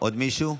עוד מישהו?